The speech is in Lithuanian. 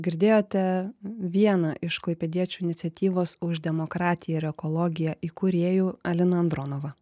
girdėjote vieną iš klaipėdiečių iniciatyvos už demokratiją ir ekologiją įkūrėjų aliną andronovą